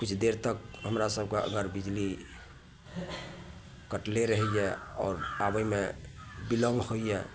किछु देर तक हमरा सबके अगर बिजली कटले रहैए आओर आबैमे बिलंब होइए